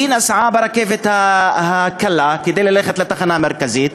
היא נסעה ברכבת הקלה כדי ללכת לתחנה המרכזית.